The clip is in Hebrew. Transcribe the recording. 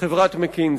חברת "מקינזי".